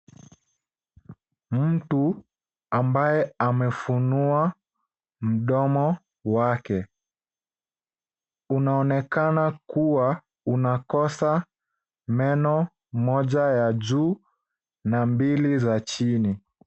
Mtu ambaye amefunua mdomo wake. Unaonekana kuwa unakosa meno moja ya juu na mbili za chini.